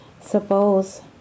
suppose